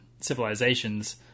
civilizations